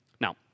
Now